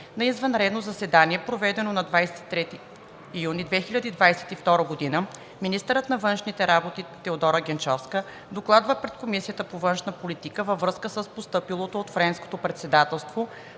На извънредно заседание, проведено на 23 юни 2022 г., министърът на външните работи Теодора Генчовска докладва пред Комисията по външна политика във връзка с постъпилото от Френското Председателство